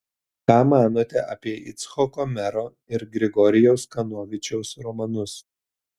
ką manote apie icchoko mero ir grigorijaus kanovičiaus romanus